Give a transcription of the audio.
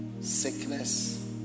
sickness